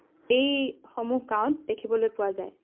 এই সমূহ গাঁৱত দেখিবলৈ পোৱা যায়